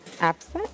Absent